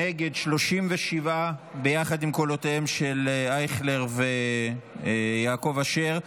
נגד, 37, יחד עם קולותיהם של אייכלר ויעקב אשר.